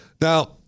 Now